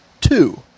two